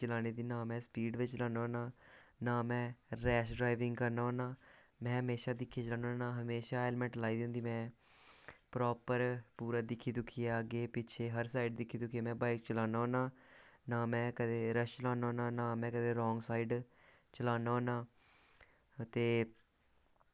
चलाने दी नां में स्पीड़ बिच्च चलाना होन्ना नां में रेश ड्राईविंग करना होन्ना में हमेशा दिक्खियै चलाना होन्ना हमेशा हेलमेट लाई दी होंदी में प्रॉपर पूरा दिक्खियै दुक्खियै अग्गें पिच्छें हर साइड दिक्खियै दुक्खियै में बाइक चलाना होन्ना नां में कदें रेश चलाना होन्ना नां में कदें रांग साइड चलाना होन्ना ते